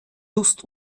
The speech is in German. lust